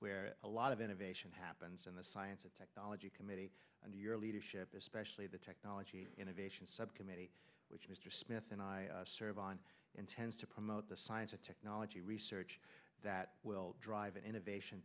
where a lot of innovation happens in the science of technology committee and your leadership especially the technology innovation subcommittee which mr smith and i serve on intends to promote the science of technology research that will drive innovation